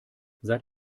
seit